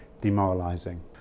demoralizing